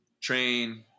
train